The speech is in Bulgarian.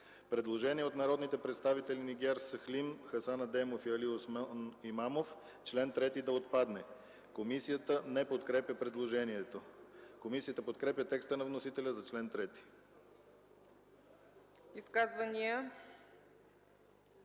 Предложение от народните представители Нигяр Сахлим, Хасан Адемов и Алиосман Имамов – чл. 3 да отпадне. Комисията не подкрепя предложението. Комисията подкрепя текста на вносителя за чл. 3.